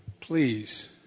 Please